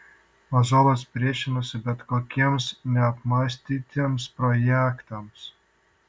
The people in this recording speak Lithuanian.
ozolas priešinosi bet kokiems neapmąstytiems projektams